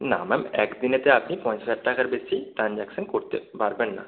না ম্যাম এক দিনেতে আপনি পঞ্চাশ হাজার টাকার বেশি ট্রানজ্যাকশন করতে পারবেন না